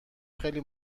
خیلی